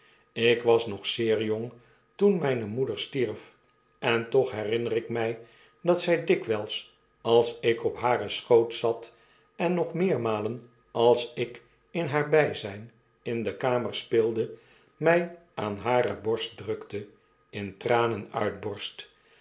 ik was nog zeer jong toen myne moeder stierf en toch herinner ik my dat zij dikwyls als ik op haren schoot zat en nog meermalen als ik in haar byzyn in de kamer speelde my aan hare borst drukte in tranen uitborst